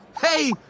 Hey